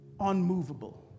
unmovable